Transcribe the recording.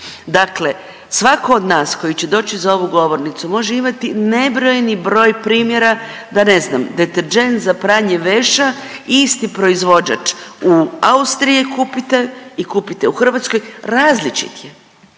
Dakle svatko od nas koji će doći za ovu govornicu može imati nebrojeni broj primjera, da ne znam deterdžent za pranje veća, isti proizvođač u Austriji kupile i kupite u Hrvatskoj, različit je.